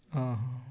ହଁ